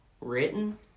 written